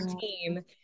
team